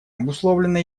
обусловлено